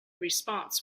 response